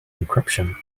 encryption